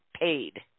paid